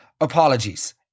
apologies